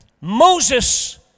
Moses